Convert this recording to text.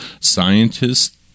Scientists